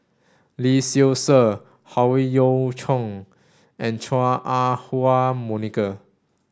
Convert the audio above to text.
Lee Seow Ser Howe Yoon Chong and Chua Ah Huwa Monica